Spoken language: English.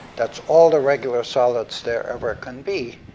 that's all the regular solids there ever can be,